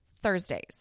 Thursdays